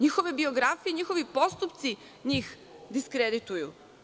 Njihove biografije i njihovi postupci njih diskredituju.